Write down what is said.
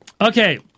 Okay